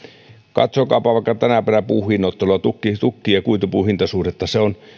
katsokaapa vaikka tänä päivänä puun hinnoittelua tukki tukki ja kuitupuun hintasuhdetta